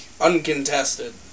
uncontested